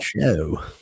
Show